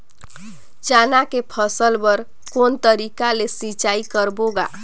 चना के फसल बर कोन तरीका ले सिंचाई करबो गा?